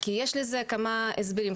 כי יש לזה כמה הסברים.